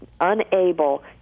Unable